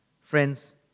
Friends